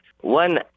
One